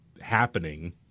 happening